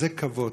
כזה כבוד,